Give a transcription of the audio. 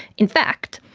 in fact,